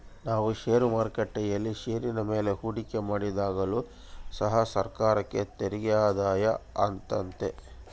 ನಾವು ಷೇರು ಮಾರುಕಟ್ಟೆಯಲ್ಲಿ ಷೇರಿನ ಮೇಲೆ ಹೂಡಿಕೆ ಮಾಡಿದಾಗಲು ಸಹ ಸರ್ಕಾರಕ್ಕೆ ತೆರಿಗೆ ಆದಾಯ ಆತೆತೆ